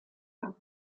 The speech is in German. lang